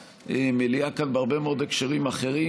במליאה כאן בהרבה מאוד הקשרים אחרים,